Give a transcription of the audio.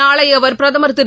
நாளை அவர் பிரதமர் திரு